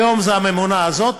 היום זה הממונה הזאת,